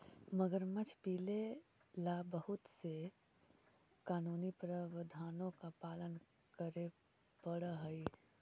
मगरमच्छ पीले ला बहुत से कानूनी प्रावधानों का पालन करे पडा हई